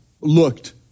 looked